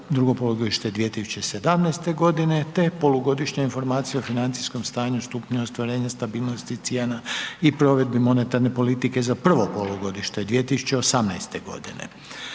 drugo polugodište 2017. i Polugodišnja informacija o financijskom stanju, stupnju ostvarenja stabilnosti cijena i provedbi monetarne politike za prvo polugodište 2018. Dakle